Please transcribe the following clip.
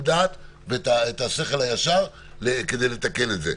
הדעת ואת השכל הישר כדי לתקן את זה.